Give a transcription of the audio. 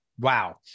Wow